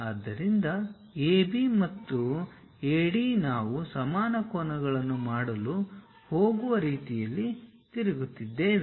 ಆದ್ದರಿಂದ AB ಮತ್ತು AD ನಾವು ಸಮಾನ ಕೋನಗಳನ್ನು ಮಾಡಲು ಹೋಗುವ ರೀತಿಯಲ್ಲಿ ತಿರುಗುತ್ತಿದ್ದೇವೆ